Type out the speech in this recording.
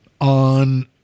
on